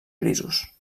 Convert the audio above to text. grisos